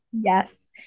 yes